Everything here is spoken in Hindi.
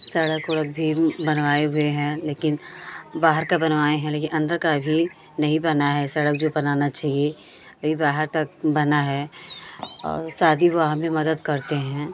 सड़क ओड़क भी बनवाए हुए हैं लेकिन बाहर का बनवाए हैं लेकिन अंदर का अभी नहीं बना है सड़क जो बनाना चाहिए अभी बाहर तक बना है और शादी विवाह में मदद करते हैं